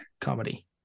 comedy